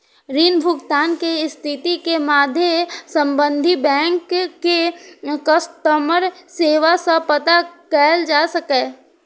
ऋण भुगतान के स्थिति के मादे संबंधित बैंक के कस्टमर सेवा सं पता कैल जा सकैए